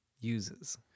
uses